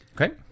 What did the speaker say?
Okay